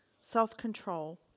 self-control